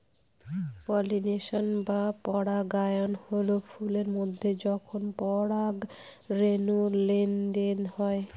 pollination বা পরাগায়ন হল ফুলের মধ্যে যখন পরাগরেনুর লেনদেন হয়